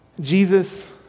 Jesus